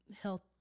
health